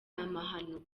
amahano